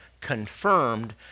confirmed